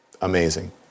Amazing